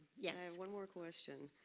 yeah and one more question.